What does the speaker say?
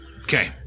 Okay